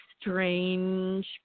strange